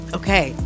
okay